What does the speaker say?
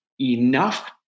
enough